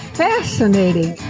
fascinating